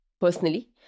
personally